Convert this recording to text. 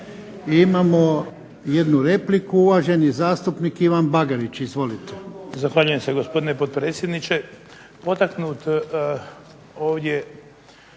Imamo jednu repliku, uvaženi zastupnik Ivan Bagarić. Izvolite.